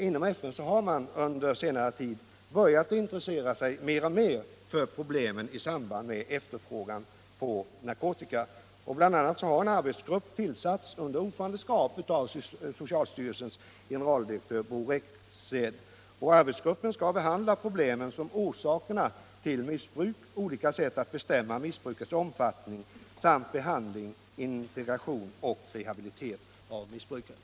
Inom FN har man under senare tid börjat intressera sig mer och mer för problem i samband med efterfrågan på narkotika. Bl.a. har en arbetsgrupp tillsatts under ordförandeskap av socialstyrelsens generaldirektör Bror Rexed. Den arbetsgruppen skall behandla sådana problem som orsakerna till missbruk, olika sätt att bestämma missbrukets omfattning samt behandling, integration och rehabilitering av missbrukare.